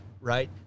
right